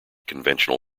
conventional